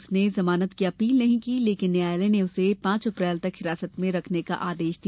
उसने जमानत की अपील नहीं की लेकिन न्यायालय ने उसे पांच अप्रैल तक हिरासत में रखने का आदेश दिया